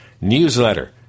Newsletter